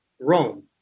Rome